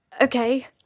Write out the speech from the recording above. Okay